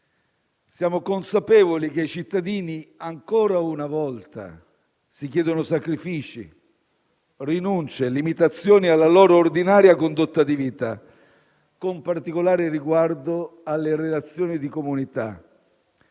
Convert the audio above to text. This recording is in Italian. Siamo consapevoli che ai cittadini, ancora una volta, si chiedono sacrifici, rinunce, limitazioni alla loro ordinaria condotta di vita, con particolare riguardo alle relazioni di comunità.